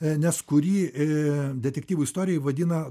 nes kurį detektyvų istorijoj vadina